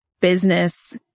business